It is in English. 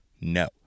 No